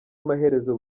amaherezo